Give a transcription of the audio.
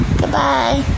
goodbye